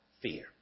fear